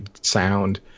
sound